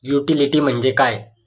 Utility म्हणजे काय?